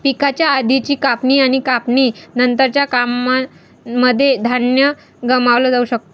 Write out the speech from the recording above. पिकाच्या आधीची कापणी आणि कापणी नंतरच्या कामांनमध्ये धान्य गमावलं जाऊ शकत